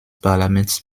parlaments